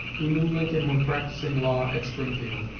who knew lincoln when practicing law at springfield.